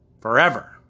forever